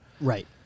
right